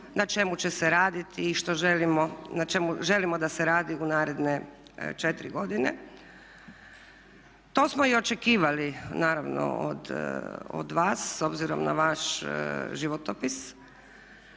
na čemu će se raditi i što želimo, na čemu želimo da se radi u naredna 4 godine. To smo i očekivali naravno od vas s obzirom na vaš životopis